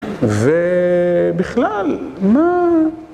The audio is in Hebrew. ובכלל, מה...